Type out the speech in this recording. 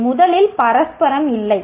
அவை முதலில் பரஸ்பரம் இல்லை